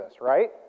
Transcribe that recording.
right